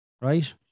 right